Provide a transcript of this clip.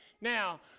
Now